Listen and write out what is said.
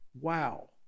Wow